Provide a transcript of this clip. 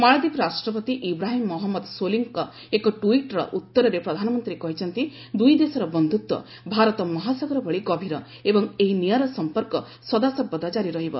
ମାଳଦ୍ୱୀପ ରାଷ୍ଟ୍ରପତି ଇବ୍ରାହିମ୍ ମହମ୍ମଦ ସୋଲିଙ୍କ ଏକ ଟ୍ୱିଟ୍'ର ଉତ୍ତରରେ ପ୍ରଧାନମନ୍ତ୍ରୀ କହିଛନ୍ତି ଦୂଇ ଦେଶର ବନ୍ଧ୍ରତ୍ୱ ଭାରତ ମହାସାଗର ଭଳି ଗଭୀର ଏବଂ ଏହି ନିଆରା ସମ୍ପର୍କ ସଦାସର୍ବଦା କାରି ରହିବ